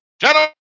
Gentlemen